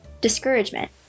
discouragement